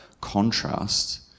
contrast